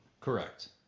Correct